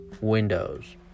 windows